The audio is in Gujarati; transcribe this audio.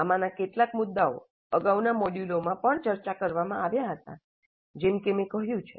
આમાંના કેટલાક મુદ્દાઓ અગાઉના મોડ્યુલોમાં પણ ચર્ચા કરવામાં આવ્યા હતા જેમ કે મેં કહ્યું છે